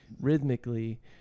Rhythmically